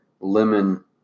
lemon